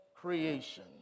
creation